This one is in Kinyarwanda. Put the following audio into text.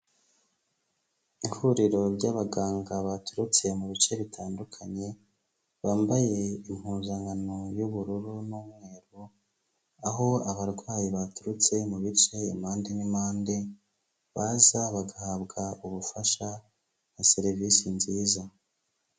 Ihuriro ry'abaganga baturutse mu bice bitandukanye, bambaye impuzankano y'ubururu n'umweru, aho abarwayi baturutse mu bice impande n'impande, baza bagahabwa ubufasha na serivisi nziza.